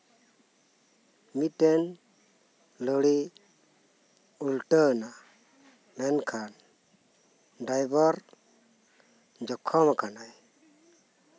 ᱢᱤᱫᱴᱮᱱ ᱞᱚᱨᱤ ᱩᱞᱴᱟᱹᱣ ᱮᱱᱟ ᱢᱮᱱᱠᱷᱟᱱ ᱰᱨᱟᱭᱵᱷᱟᱨ ᱡᱚᱠᱷᱚᱢ ᱠᱟᱱᱟᱭ